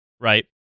right